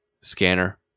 scanner